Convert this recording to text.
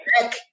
back